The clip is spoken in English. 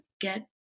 get